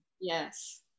Yes